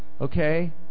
okay